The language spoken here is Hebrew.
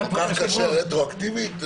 כל כך קשה רטרואקטיבית?